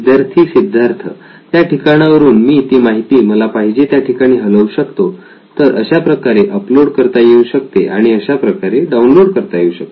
विद्यार्थी सिद्धार्थ त्या ठिकाणावरून मी ती माहिती मला पाहिजे त्या ठिकाणी हलवू शकतो तर अशाप्रकारे अपलोड करता येऊ शकते आणि अशाप्रकारे डाऊनलोड करता येऊ शकते